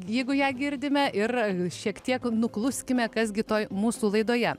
jeigu ją girdime ir šiek tiek nukluskime kas gi toj mūsų laidoje